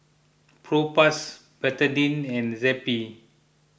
Propass Betadine and Zappy